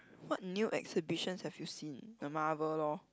what new exhibitions have you seen the Marvel lor